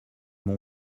mon